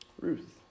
Ruth